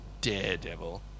daredevil